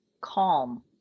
calm